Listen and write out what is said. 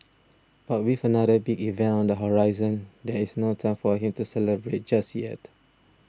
but with another big event on the horizon there is no time for him to celebrate just yet